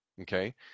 okay